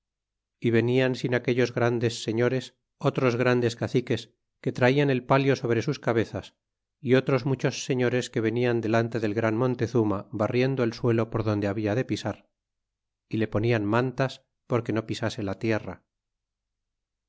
y venian sin aquellos grandes señores otros grandes caciques que traian el palio sobre sus cabezas y otros muchos señores que venian delante del gran montezuma barriendo el suelo por donde habla de pisar y le ponian mantas porque no pisase la tierra